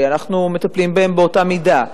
שאנחנו מטפלים בהם באותה מידה.